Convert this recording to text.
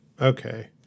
Okay